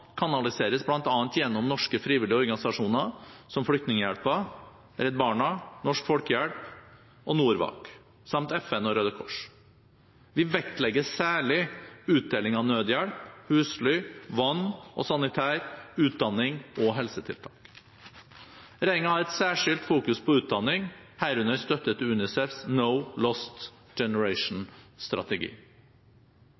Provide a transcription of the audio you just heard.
kanaliseres bl.a. gjennom norske frivillige organisasjoner som Flyktninghjelpen, Redd Barna, Norsk Folkehjelp og NORWAC, Norwegian Aid Committee, samt FN og Røde Kors. Vi vektlegger særlig utdeling av nødhjelp, husly, vann og sanitær, utdanning og helsetiltak. Regjeringen har et særskilt fokus på utdanning, herunder støtte til UNICEFs strategi «No Lost Generation».